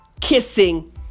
kissing